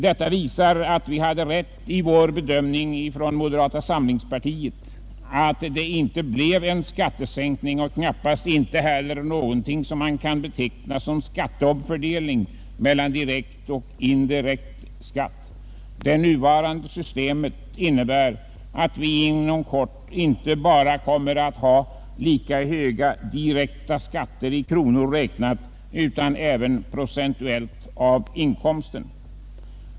Detta visar att vi hade rätt i vår bedömning inom moderata samlingspartiet att det inte skulle bli någon skattesänkning och knappast heller något som kan betecknas som omfördelning mellan direkt och indirekt skatt. Det nuvarande systemet innebär att vi inom kort kommer att ha lika höga direkta skatter inte bara i kronor räknat utan även i procent av inkomsten.